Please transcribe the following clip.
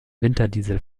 winterdiesel